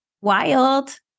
Wild